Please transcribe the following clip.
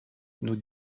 nous